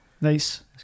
Nice